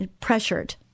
pressured